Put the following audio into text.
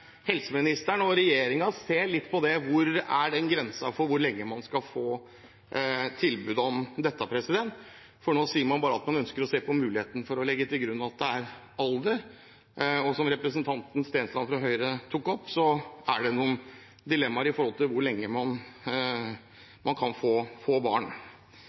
helseministeren og regjeringen kanskje ser litt på dette. Hvor ligger grensen for hvor lenge man skal få tilbud om dette? Nå sier man bare at man ønsker å se på muligheten for å legge til grunn at det er alder. Og som representanten Stensland fra Høyre tok opp, er det noen dilemmaer når det gjelder hvor lenge man kan få barn.